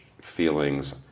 feelings